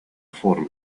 forma